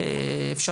במשרד החינוך,